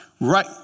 Right